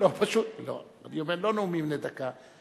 לא, לא נאומים בני דקה.